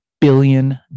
billion